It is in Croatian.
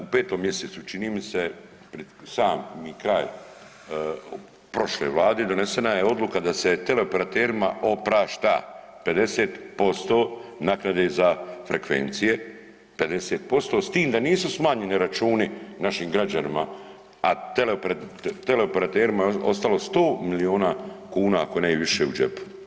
U 5. mjesecu čini mi pred sami kraj prošle vlade donesena je odluka da se teleoperaterima oprašta 50% naknade za frekvencije, 50% s tim da nisu smanjeni računi našim građanima, a teleoperaterima je ostalo 100 milijuna kuna ako ne i više u džepu.